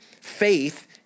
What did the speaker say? Faith